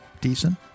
decent